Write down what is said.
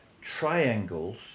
triangles